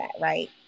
right